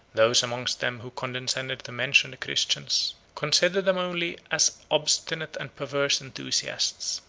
those among them who condescended to mention the christians, consider them only as obstinate and perverse enthusiasts,